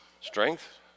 Strength